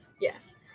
Yes